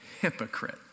hypocrite